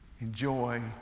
Enjoy